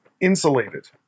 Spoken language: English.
insulated